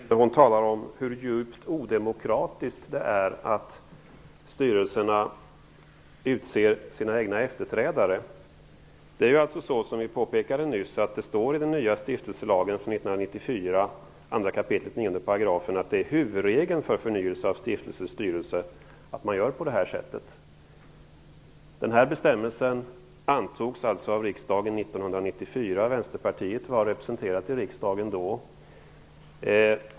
Fru talman! Jag har bara en fråga till Siv Holma. Hon talar om hur djupt odemokratiskt det är att styrelserna utser sina egna efterträdare. Som vi påpekade nyss står det i den nya stiftelselagen från 1994, 2 kap. 9 §, att huvudregeln för förnyelse av stiftelsens styrelse är att man gör så.